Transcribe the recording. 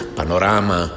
panorama